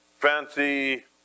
Fancy